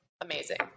amazing